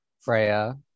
freya